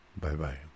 Bye-bye